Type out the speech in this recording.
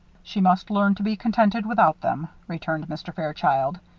she must learn to be contented without them, returned mr. fairchild.